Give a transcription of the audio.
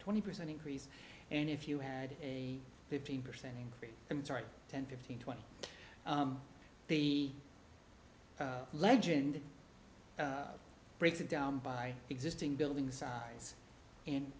twenty percent increase and if you had a fifteen percent increase i'm sorry ten fifteen twenty the legend breaks it down by existing building size and